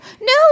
No